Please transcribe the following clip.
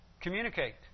communicate